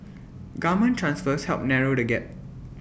government transfers help narrow the gap